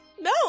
No